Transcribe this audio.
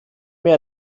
mehr